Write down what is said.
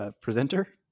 presenter